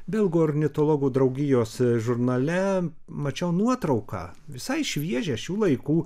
belgų ornitologų draugijos žurnale mačiau nuotrauką visai šviežią šių laikų